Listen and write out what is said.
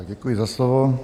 Děkuji za slovo.